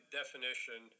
definition